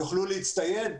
יוכלו להצטייד.